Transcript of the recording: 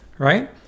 right